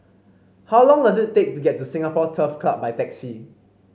how long does it take to get to Singapore Turf Club by taxi